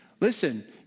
Listen